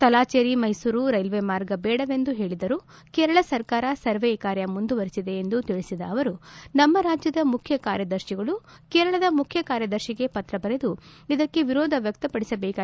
Thalassery Mysuru railway ಮಾರ್ಗ ಬೇಡವೆಂದು ಪೇಳಿದರೂ ಕೇರಳ ಸರ್ಕಾರ ಸರ್ವೆ ಕಾರ್ಯ ಮುಂದುವರೆಸಿದೆ ಎಂದು ತಿಳಿಸಿದ ಅವರು ನಮ್ಮ ರಾಜ್ಯದ ಮುಖ್ಯ ಕಾರ್ಯದರ್ಶಿಗಳು ಕೇರಳದ ಮುಖ್ಯಕಾರ್ಯದರ್ಶಿಗೆ ಪತ್ರ ಬರೆದು ಇದಕ್ಕೆ ವಿರೋಧ ವ್ಯಕ್ತಪಡಿಸಬೇಕಾಗಿದೆ ಎಂದು ಅವರು ಹೇಳಿದರು